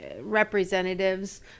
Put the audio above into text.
representatives